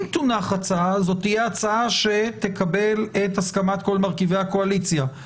אם תונח הצעה אז זו תהיה הצעה שתקבל את הסכמת כל מרכיבי הקואליציה,